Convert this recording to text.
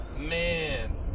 Man